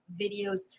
videos